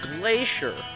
glacier